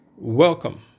Welcome